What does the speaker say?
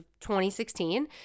2016